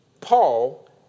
Paul